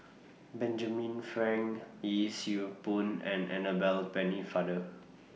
Benjamin Frank Yee Siew Pun and Annabel Pennefather